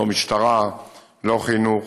לא משטרה, לא חינוך,